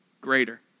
greater